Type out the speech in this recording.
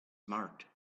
marked